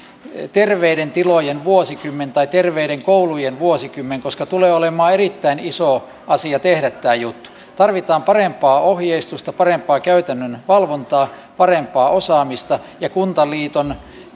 terveiden tilojen vuosikymmen tai terveiden koulujen vuosikymmen koska tulee olemaan erittäin iso asia tehdä tämä juttu tarvitaan parempaa ohjeistusta parempaa käytännön valvontaa parempaa osaamista ja kuntaliiton